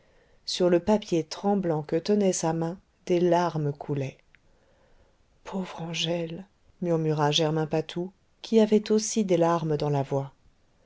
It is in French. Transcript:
sur le papier tremblant que tenait sa main des larmes coulaient pauvre angèle murmura germain patou qui avait aussi des larmes dans la voix